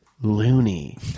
loony